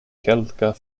kelka